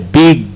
big